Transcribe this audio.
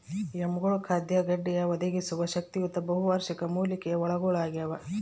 ಯಾಮ್ಗಳು ಖಾದ್ಯ ಗೆಡ್ಡೆಯನ್ನು ಒದಗಿಸುವ ಶಕ್ತಿಯುತ ಬಹುವಾರ್ಷಿಕ ಮೂಲಿಕೆಯ ಬಳ್ಳಗುಳಾಗ್ಯವ